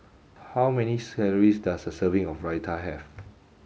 how many calories does a serving of Raita have